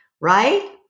Right